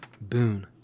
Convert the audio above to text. boon